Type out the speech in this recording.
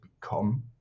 become